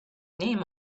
name